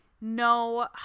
no